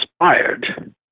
inspired